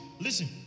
Listen